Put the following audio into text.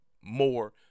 More